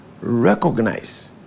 recognize